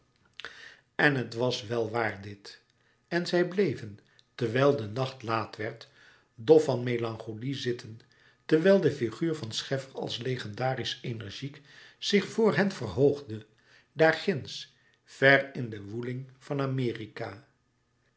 en het was wel waar dit en zij bleven terwijl de nacht laat werd dof van melancholie zitten terwijl de figuur van scheffer als legendarisch energiek zich voor hen verhoogde daarginds ver in de woeling van amerika